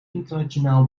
internationaal